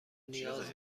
نیاز